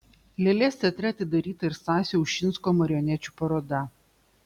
lėlės teatre atidaryta ir stasio ušinsko marionečių paroda